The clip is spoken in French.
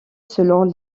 selon